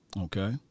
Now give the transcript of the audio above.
Okay